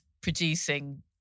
producing